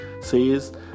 says